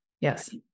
Yes